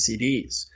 CDs